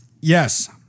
Yes